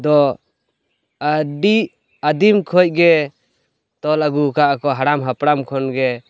ᱫᱚ ᱟᱹᱰᱤ ᱟᱹᱫᱤᱢ ᱠᱷᱚᱡ ᱜᱮ ᱛᱚᱞ ᱟᱹᱜᱩᱣᱠᱟᱜᱼᱟ ᱠᱚ ᱦᱟᱲᱟᱢ ᱦᱟᱯᱲᱟᱢ ᱠᱷᱚᱱᱜᱮ